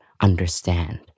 understand